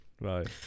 right